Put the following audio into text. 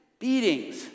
beatings